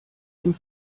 dem